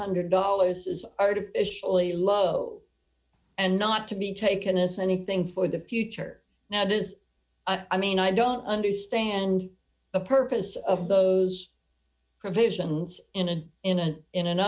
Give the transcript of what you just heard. hundred dollars is artificially low and not to be taken as anything for the future now does i mean i don't understand the purpose of those provisions in an in an in an